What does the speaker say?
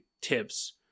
tips